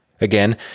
Again